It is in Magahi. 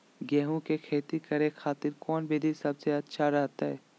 गेहूं के खेती करे खातिर कौन विधि सबसे अच्छा रहतय?